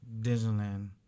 Disneyland